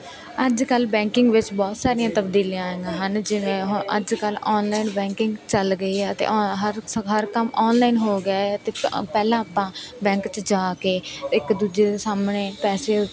ਅੱਜ ਕੱਲ ਬੈਂਕਿੰਗ ਵਿੱਚ ਬਹੁਤ ਸਾਰੀਆਂ ਤਬਦੀਲੀਆਂ ਆਈਆਂ ਹਨ ਜਿਵੇਂ ਹ ਅੱਜ ਕੱਲ ਔਨਲਾਈਨ ਬੈਂਕਿੰਗ ਚੱਲ ਗਈ ਆ ਅਤੇ ਔ ਹਰ ਹਰ ਕੰਮ ਔਨਲਾਈਨ ਹੋ ਗਿਆ ਹੈ ਅਤੇ ਪਹਿਲਾਂ ਆਪਾਂ ਬੈਂਕ 'ਚ ਜਾ ਕੇ ਇੱਕ ਦੂਜੇ ਦੇ ਸਾਹਮਣੇ ਪੈਸੇ